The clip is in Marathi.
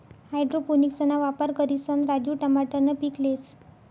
हाइड्रोपोनिक्सना वापर करिसन राजू टमाटरनं पीक लेस